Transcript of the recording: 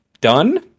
done